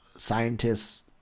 Scientists